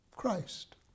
Christ